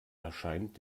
erscheint